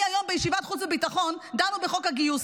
היום בישיבת ועדת החוץ והביטחון דנו בחוק הגיוס.